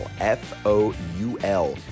F-O-U-L